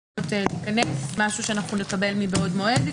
להיכנס זה משהו שאנחנו נקבל מבעוד מועד?